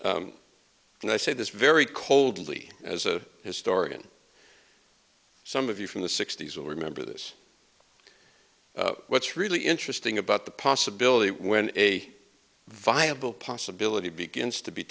and i say this very coldly as a historian some of you from the sixty's will remember this what's really interesting about the possibility when a viable possibility begins to be